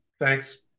Thanks